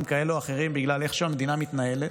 כאלה או אחרים בגלל איך שהמדינה מתנהלת,